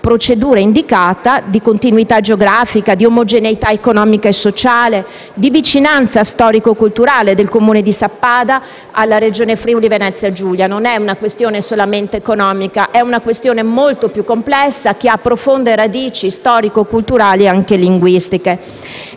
procedura indicata: continuità geografica, omogeneità economica e sociale, vicinanza storico‑culturale del Comune di Sappada alla Regione Friuli-Venezia Giulia. Non è una questione solamente economica, ma molto più complessa; ha profonde radici storico-culturali e anche linguistiche.